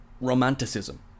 romanticism